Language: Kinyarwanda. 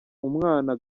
umwana